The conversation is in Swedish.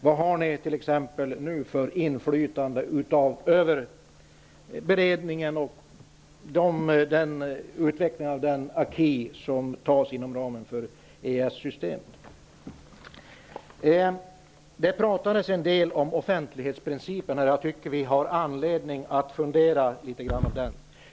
Vad har ni t.ex. nu för inflytande över beredningen och utvecklingen av den aquis som tas inom ramen för EES-systemet? Det pratades en del om offentlighetsprincipen här. Jag tycker att vi har anledning att fundera litet grand över den.